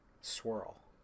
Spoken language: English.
swirl